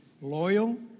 loyal